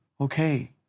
okay